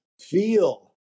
feel